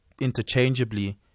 interchangeably